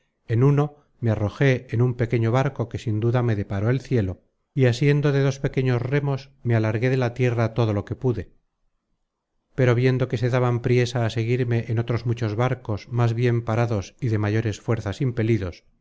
en uno me arrojé en un pequeño barco que sin duda me deparó el cielo y asiendo de dos pequeños remos me alargué de la tierra todo lo que pude pero viendo que se daban priesa seguirme en otros muchos barcos más bien parados y de mayores fuerzas impelidos